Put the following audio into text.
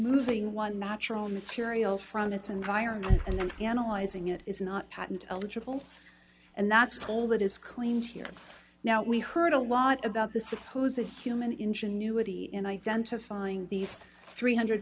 moving one natural material from its environment and then analyzing it is not patent eligible and that's all that is claimed here now we heard a lot about the suppose that human ingenuity in identifying these three hundred